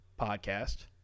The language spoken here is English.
podcast